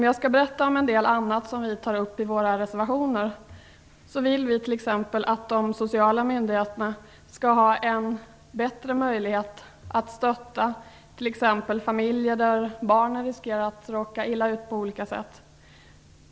Jag skall berätta om en del annat som vi tar upp i våra reservationer. Vi vill t.ex. att de sociala myndigheterna skall ha en bättre möjlighet att stötta t.ex. familjer där barnen riskerar att råka illa ut på olika sätt.